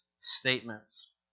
statements